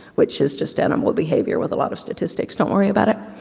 which is just animal behavior with a lot of statistics, don't worry about it.